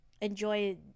enjoy